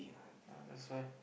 ya that's why